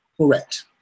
Correct